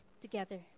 together